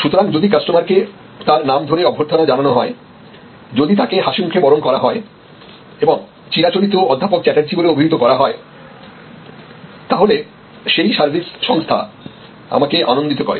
সুতরাং যদি কাস্টমারকে তার নাম ধরে অভ্যর্থনা জানানো হয় যদি তাকে হাসিমুখে বরণ করা হয় এবং চিরাচরিত অধ্যাপক চ্যাটার্জী বলে অভিহিত করা হয় তাহলে সেই সার্ভিস সংস্থা আমাকে আনন্দিত করে